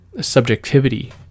subjectivity